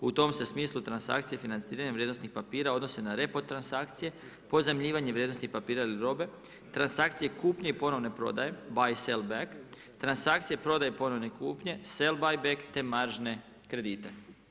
U tom se smislu transakcije financiranja vrijednosnih papira odnosi na repo transakcije, pozajmljivanje vrijednosnih papira ili robe, transakcije kupnje i ponovne prodaje, ….transakcije prodaje i ponovne kupnje … te maržne kredite.